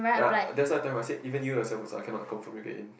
ya that's why i tell you even you yourself also I cannot confirm you get in